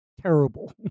terrible